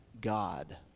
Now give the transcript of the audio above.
God